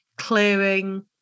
clearing